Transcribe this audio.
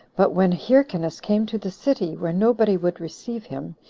but when hyrcanus came to the city, where nobody would receive him,